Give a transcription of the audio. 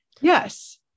Yes